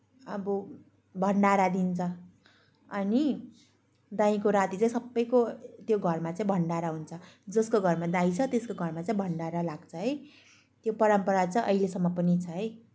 अब भण्डारा दिन्छ अनि दाइँको राति चाहिँ सबैको त्यो घरमा चाहिँ भण्डारा हुन्छ जसको घरमा दाइँ छ त्यसको घरमा चाहिँ भण्डारा लाग्छ है त्यो परम्परा चाहिँ अहिलेसम्म पनि छ है